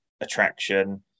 attraction